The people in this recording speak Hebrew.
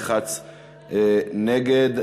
ילחץ נגד.